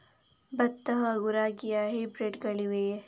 ಭತ್ತ ಹಾಗೂ ರಾಗಿಯ ಹೈಬ್ರಿಡ್ ಗಳಿವೆಯೇ?